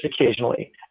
occasionally